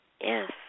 Yes